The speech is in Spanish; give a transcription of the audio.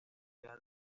ciudad